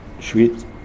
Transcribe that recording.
Sweet